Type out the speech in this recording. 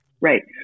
Right